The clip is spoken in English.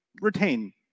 retain